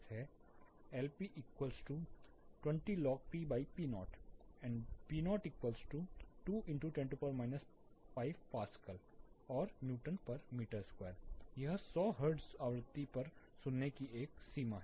Lp20log pp0 p02 10 5Pa V Nm2 यह 1000 hertz आवृत्ति पर सुनने की एक सीमा है